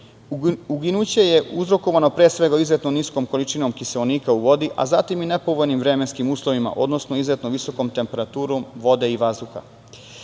Uginuće je uzrokovano, pre svega, izuzetno niskom količinom kiseonika u vodi, a zatim i nepovoljnim vremenskim uslovima, odnosno izuzetno visokom temperaturom vode i vazduha. Jedno